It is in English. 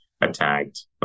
attacked